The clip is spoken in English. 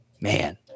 man